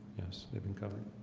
yes, they've been covered.